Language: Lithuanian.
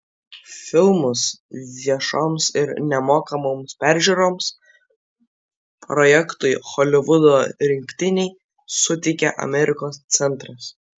filmus viešoms ir nemokamoms peržiūroms projektui holivudo rinktiniai suteikė amerikos centras